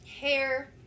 hair